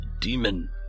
demon